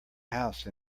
house